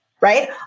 right